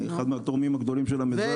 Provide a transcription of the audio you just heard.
אחד מהתורמים הגדולים של המיזם